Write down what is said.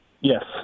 Yes